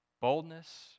Boldness